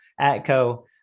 ATCO